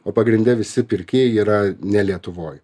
o pagrinde visi pirkėjai yra ne lietuvoj